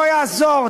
לא יעזור,